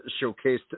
showcased